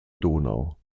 donau